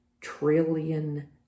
trillion